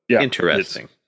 interesting